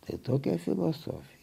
tai tokia filosofija